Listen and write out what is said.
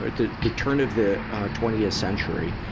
ah the, the turn of the twentieth century,